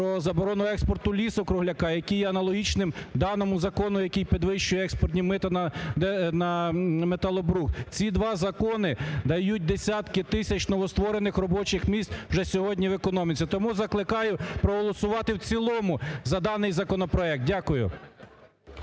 про заборону експорту лісу-кругляка, який аналогічний даному закону, який підвищує експортні мита на металобрухт. Ці два закони дають десятки тисяч новостворених робочих місць вже сьогодні в економіці. Тому закликаю проголосувати в цілому за даний законопроект. Дякую.